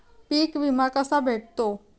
पीक विमा कसा भेटतो?